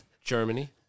Germany